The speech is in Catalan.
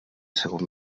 segon